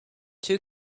two